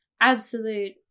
absolute